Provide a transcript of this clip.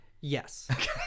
Yes